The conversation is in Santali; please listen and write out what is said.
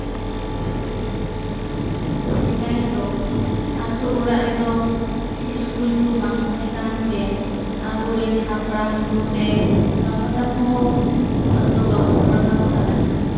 ᱥᱮᱫᱟᱭ ᱫᱚ ᱟᱛᱳ ᱚᱲᱟᱜ ᱨᱮᱫᱚ ᱥᱠᱩᱞ ᱠᱚ ᱵᱟᱝ ᱛᱟᱦᱮᱸ ᱠᱟᱱ ᱛᱮ ᱟᱵᱚᱨᱮᱱ ᱦᱟᱯᱲᱟᱢ ᱠᱚ ᱥᱮ ᱵᱟᱵᱟ ᱛᱟᱠᱚ ᱦᱚᱸ ᱩᱱᱟᱹᱜ ᱫᱚ ᱵᱟᱠᱚ ᱯᱟᱲᱦᱟᱣ ᱟᱠᱟᱫᱟ